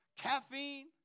caffeine